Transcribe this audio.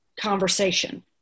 conversation